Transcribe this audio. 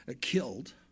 killed